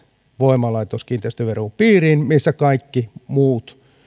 voimalaitoskiinteistöveron piiriin missä kaikki